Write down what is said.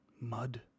mud